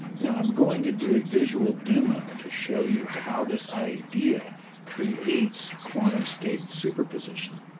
now, i'm going to do a visual demo to show you how this idea creates quantum state superposition.